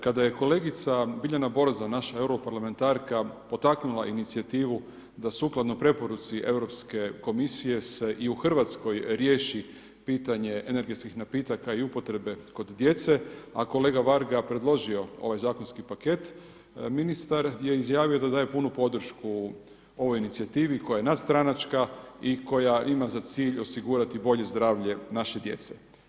Kada je kolegica Biljana Borzan, naša europarlamentarka potaknula inicijativu da sukladno preporuci Europske komisije se i u Hrvatskoj riješi pitanje energetskih napitaka i upotrebe kod djece, a kolega Varga predložio ovaj zakonski paket, ministar je izjavio da daje punu podršku ovoj inicijativi koja je nadstranačka i koja ima cilj osigurati bolje zdravlje naše djece.